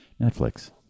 netflix